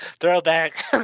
throwback